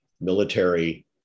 military